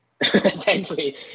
Essentially